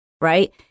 right